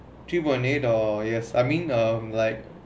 three point eight uh yes I mean um like